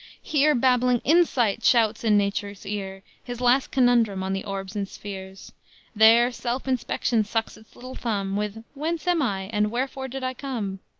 here babbling insight shouts in nature's ears his last conundrum on the orbs and spheres there self-inspection sucks its little thumb, with whence am i and wherefore did i come